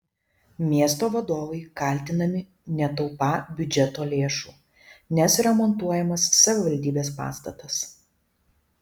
miesto vadovai kaltinami netaupą biudžeto lėšų nes remontuojamas savivaldybės pastatas